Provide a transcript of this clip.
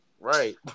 Right